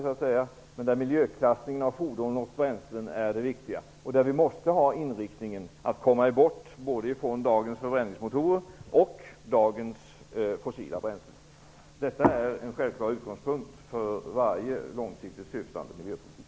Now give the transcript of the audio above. Men där är miljöklassningen av fordon och bränslen det viktiga. Vi måste inrikta oss på att komma bort både från dagens förbränningsmotorer och från dagens fossila bränslen. Detta är en självklar utgångspunkt för varje långsiktigt syftande miljöpolitik.